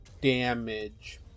damage